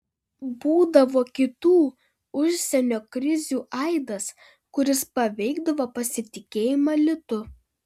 būdavo kitų užsienio krizių aidas kuris paveikdavo pasitikėjimą litu